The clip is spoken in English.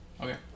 Okay